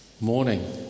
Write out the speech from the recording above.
morning